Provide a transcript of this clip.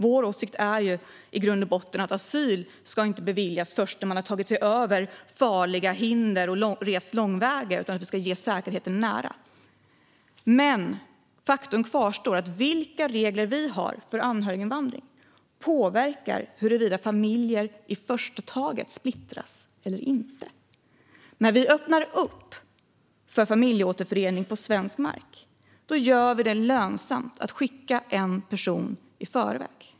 Vår åsikt är i grund och botten att asyl inte ska beviljas först efter att man har tagit sig över farliga hinder och rest långväga. Den ska ges när man är i säkerhet och nära sitt hem. Faktum kvarstår dock. Vilka regler för anhöriginvandring som vi har påverkar huruvida familjer splittras eller inte. När vi öppnar upp för familjeåterförening på svensk mark gör vi det lönsamt att skicka en person i förväg.